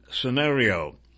scenario